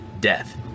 death